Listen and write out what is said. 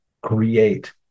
create